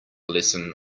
lesson